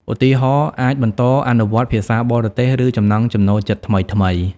ឧទាហរណ៍ អាចបន្តអនុវត្តភាសាបរទេស ឬចំណង់ចំណូលចិត្តថ្មីៗ។